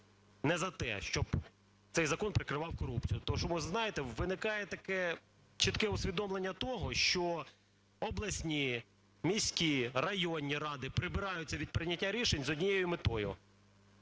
не за те, щоб цей закон прикривав корупцію. Тому що, знаєте, виникає таке чітке усвідомлення того, що обласні, міські, районні ради прибираються від прийняття рішень з однією метою: